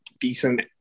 decent